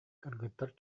кыргыттар